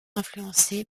influencées